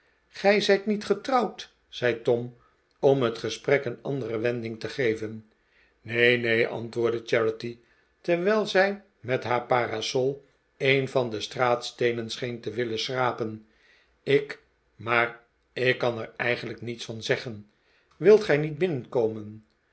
gij zijt niet getrouwd zei tom om het gesprek een andere wending te geven neen neen antwoordde charity terwijl zij met haar parasol een van de straatsteenen scheen te willen schrapen ik maar ik kan er eigenlijk niets van zeggen wilt gij niet binnenkomen